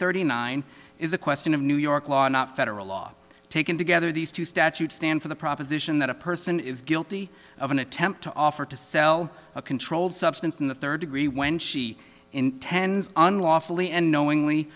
thirty nine is a question of new york law or not federal law taken together these two statutes stand for the proposition that a person is guilty of an attempt to offer to sell a controlled substance in the third degree when she intends unlawfully and knowingly